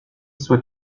sois